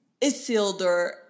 Isildur